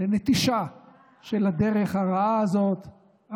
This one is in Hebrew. לנטישה של הדרך הרעה הזאת,